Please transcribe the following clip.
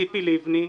ציפי לבני,